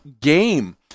game